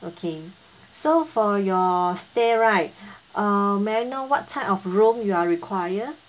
okay so for your stay right uh may I know what type of room you are require